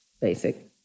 basic